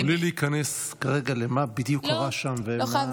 בלי להיכנס כרגע למה בדיוק קרה שם ולגורלו של השוטר,